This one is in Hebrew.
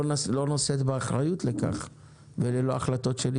נושאת באחריות לכך ואלה לא החלטות שלך.